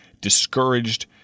discouraged